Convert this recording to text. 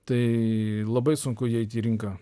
tai labai sunku įeiti į rinką